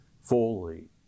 fully